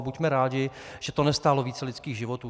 Buďme rádi, že to nestálo více lidských životů.